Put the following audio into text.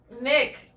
Nick